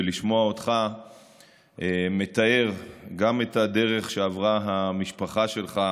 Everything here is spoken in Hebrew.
ולשמוע אותך מתאר גם את הדרך שעברה המשפחה שלך,